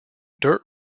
dirt